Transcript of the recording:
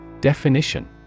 Definition